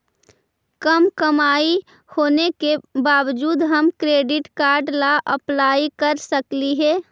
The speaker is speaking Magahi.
कम कमाई होने के बाबजूद हम क्रेडिट कार्ड ला अप्लाई कर सकली हे?